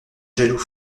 jaloux